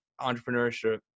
entrepreneurship